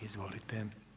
Izvolite.